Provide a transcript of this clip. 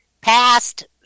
past